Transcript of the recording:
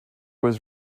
was